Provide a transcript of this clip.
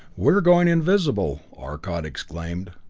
we're going invisible, arcot exclaimed.